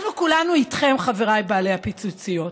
אנחנו כולנו איתכם, חבריי בעלי הפיצוציות.